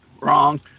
Wrong